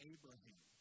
Abraham